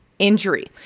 injury